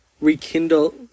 rekindle